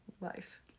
life